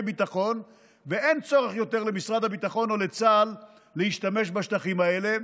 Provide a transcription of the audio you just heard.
ביטחון ואין צורך יותר למשרד הביטחון או לצה"ל להשתמש בשטחים האלה.